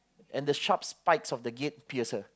and the sharp spikes of the gate pierce her